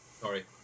sorry